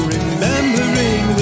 Remembering